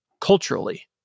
culturally